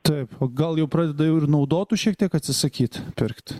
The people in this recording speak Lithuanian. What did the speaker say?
taip o gal jau pradeda jau ir naudotų šiek tiek atsisakyt pirkt